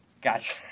Gotcha